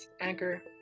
Anchor